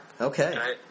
Okay